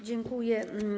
Dziękuję.